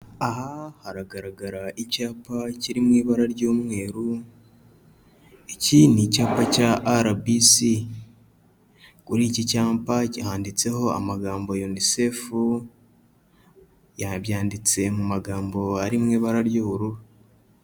Aha haragaragara icyapa kiri mu ibara ry'umweru, iki icyapa cya RBC, kuri iki cyapa cyanditseho amagambo Unicefu, byanditse mu magambo ari mu ibara ry'ubururu.